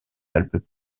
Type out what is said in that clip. alpes